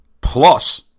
plus